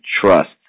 trust